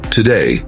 Today